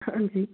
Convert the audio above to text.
ਹਾਂਜੀ